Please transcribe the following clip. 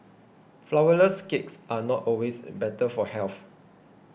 Flourless Cakes are not always better for health